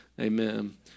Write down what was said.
Amen